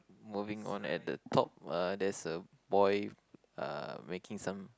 moving on at the top uh there's a boy uh making some